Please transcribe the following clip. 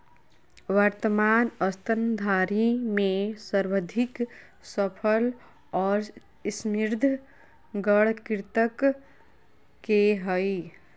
वर्तमान स्तनधारी में सर्वाधिक सफल और समृद्ध गण कृंतक के हइ